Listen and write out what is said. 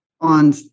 on